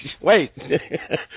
wait